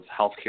healthcare